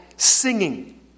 Singing